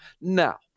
Now